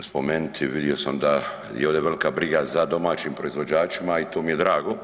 spomenuti, vidio sam da je ovdje velika briga za domaćim proizvođačima i to mi je drago.